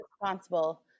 responsible